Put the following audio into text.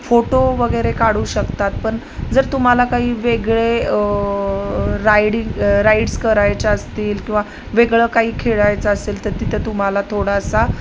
photo वगैरे काढू शकतात पण जर तुम्हाला काही वेगळे रायडीग राइड्स करायच्या असतील किंवा वेगळं काही खेळायचं असेल तर तिथं तुम्हाला थोडासा